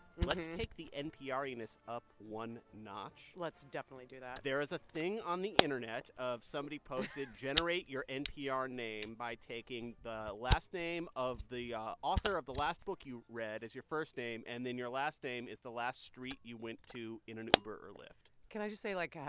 let's take the npriness up one notch let's definitely do that there is a thing on the internet of somebody posted generate your npr name by taking the last name of the ah author of the last book you read is your first name. and then your last name is the last street you went to in an uber or lyft can i just say, like,